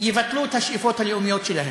יבטלו את השאיפות הלאומיות שלהם.